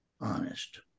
honest